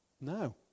No